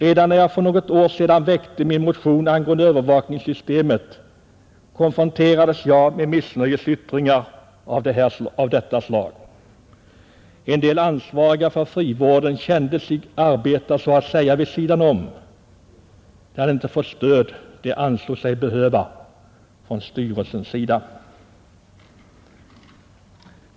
Redan när jag för några år sedan väckte min motion angående övervakningssystemet konfronterades jag med missnöjesyttringar av detta slag. En del ansvariga för frivården kände sig arbeta så att säga vid sidan om de hade inte det stöd de ansåg sig behöva från styrelsens sida.